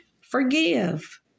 forgive